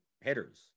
hitters